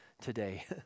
today